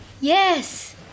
Yes